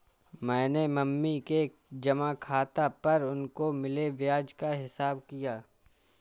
मैंने मम्मी के जमा खाता पर उनको मिले ब्याज का हिसाब किया